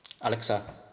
Alexa